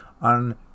on